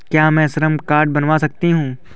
क्या मैं श्रम कार्ड बनवा सकती हूँ?